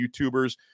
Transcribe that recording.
YouTubers